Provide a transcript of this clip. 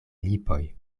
lipoj